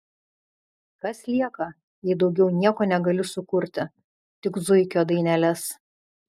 kas lieka jei daugiau nieko negali sukurti tik zuikio daineles